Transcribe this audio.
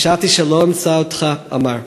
'חשבת שלא אמצא אותך', אמר,